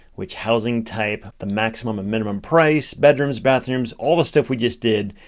which housing type, the maximum and minimum price, bedrooms, bathrooms, all the stuff we just did,